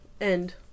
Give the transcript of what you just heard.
end